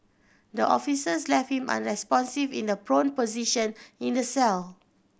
the officers left him unresponsive in the prone position in the cell